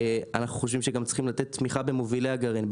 אנחנו חושבים שגם צריכים לתת תמיכה במובילי הגרעין,